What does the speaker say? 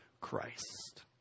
Christ